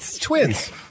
twins